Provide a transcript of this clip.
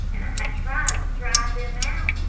and i tries to drive them out,